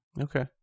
Okay